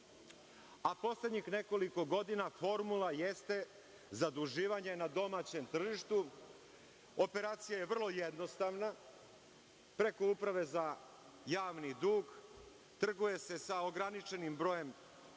a poslednjih nekoliko godina formula jeste zaduživanje na domaćem tržištu. Operacija je vrlo jednostavna. Preko Uprave za javni dug trguje se sa ograničenim brojem